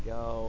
go